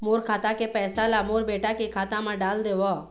मोर खाता के पैसा ला मोर बेटा के खाता मा डाल देव?